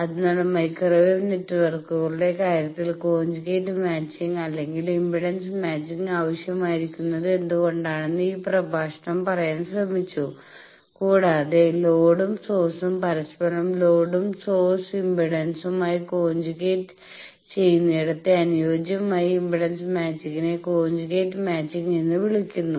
അതിനാൽ മൈക്രോവേവ് നെറ്റ്വർക്കുകളുടെ കാര്യത്തിൽ കോഞ്ചുഗേറ്റ് മാച്ചിങ് അല്ലെങ്കിൽ ഇംപെഡൻസ് മാച്ചിങ് ആവശ്യമായിരിക്കുന്നത് എന്തുകൊണ്ടാണെന്ന് ഈ പ്രഭാഷണം പറയാൻ ശ്രമിച്ചു കൂടാതെ ലോഡും സോഴ്സും പരസ്പരം ലോഡും സോഴ്സ് ഇംപെഡൻസുമായി കോഞ്ചുഗേറ്റ് ചെയുന്നിടത്തെ അനുയോജ്യമായ ഇംപെഡൻസ് മാച്ചിങ്ങിനെ കോഞ്ചുഗേറ്റർ മാച്ചിംഗ് എന്ന് വിളിക്കുന്നു